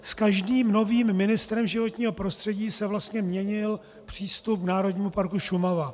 S každým novým ministrem životního prostředí se vlastně měnil přístup k Národnímu parku Šumava.